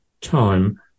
time